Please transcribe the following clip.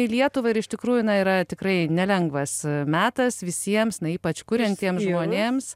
į lietuvą ir iš tikrųjų na yra tikrai nelengvas metas visiems na ypač kuriantiems žmonėms